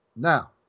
Now